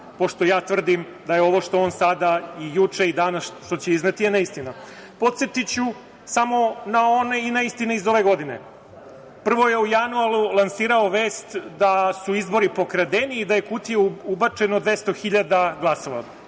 pošto ja tvrdim da je ovo što ona sada, juče i danas će izneti je neistina. Podsetiću samo na one neistine iz ove godine. Prvo je u januaru lansirao vest da su izbori pokradeni i da je u kutiju ubačeno dvesta hiljada glasova.